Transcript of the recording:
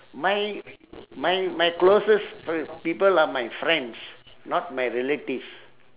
my my my closest f~ people are my friends not my relatives